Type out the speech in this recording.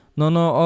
nono